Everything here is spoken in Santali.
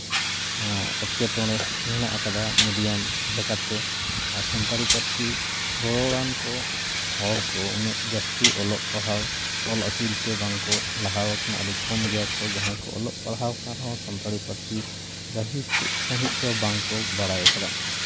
ᱱᱚᱣᱟ ᱮᱸᱴᱠᱮᱴᱚᱬᱮ ᱢᱮᱱᱟᱜ ᱠᱟᱫᱟ ᱢᱮᱰᱤᱭᱟᱢ ᱞᱮᱠᱟᱛᱮ ᱟᱨ ᱥᱟᱱᱛᱟᱲᱤ ᱯᱟᱹᱨᱥᱤ ᱨᱚᱨᱚᱲᱟᱱ ᱠᱚ ᱦᱚᱲ ᱠᱚ ᱩᱱᱟᱹᱜ ᱡᱟᱹᱥᱛᱤ ᱚᱞᱚᱜ ᱯᱟᱲᱦᱟᱣ ᱚᱞ ᱟᱹᱠᱤᱞ ᱛᱮ ᱵᱟᱝ ᱠᱚ ᱞᱟᱦᱟᱣ ᱠᱟᱱᱟ ᱟᱹᱰᱤ ᱠᱚᱢ ᱜᱮᱭᱟ ᱠᱚ ᱡᱟᱦᱟᱸᱭ ᱠᱚ ᱚᱞᱚᱜ ᱯᱟᱲᱦᱟᱣ ᱠᱟᱱ ᱨᱮᱦᱚᱸ ᱥᱟᱱᱛᱟᱲᱤ ᱯᱟᱹᱨᱥᱤ ᱜᱟᱹᱦᱤᱨ ᱥᱟᱺᱦᱤᱡ ᱫᱚ ᱵᱟᱝ ᱠᱚ ᱵᱟᱲᱟᱭ ᱠᱟᱫᱟ